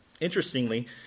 Interestingly